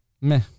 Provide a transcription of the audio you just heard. meh